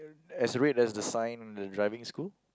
as red as the sign of the driving school